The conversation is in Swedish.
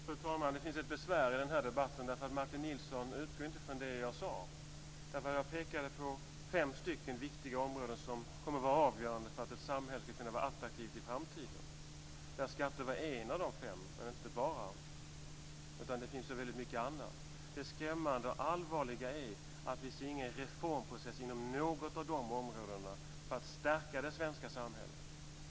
Fru talman! Det finns ett besvär i den här debatten. Martin Nilsson utgår inte från det jag sade. Jag pekade på fem stycken viktiga områden som kommer att vara avgörande för att ett samhälle ska vara attraktivt i framtiden. Skatterna var en av de fem, inte det enda. Det finns väldigt mycket annat. Det skrämmande och allvarliga är att vi inte ser någon reformprocess inom något av de områdena för att stärka det svenska samhället.